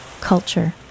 culture